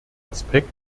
aspekt